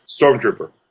Stormtrooper